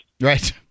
Right